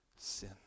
Sin